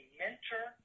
mentor